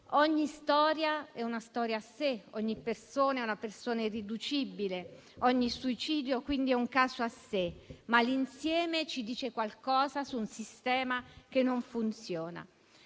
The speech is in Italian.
Ogni storia è una storia a sé, ogni persona è una persona irriducibile, ogni suicidio quindi è un caso a sé, ma l'insieme ci dice qualcosa su un sistema che non funziona.